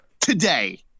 today